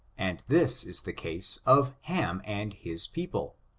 and this is the case of ham. and his people.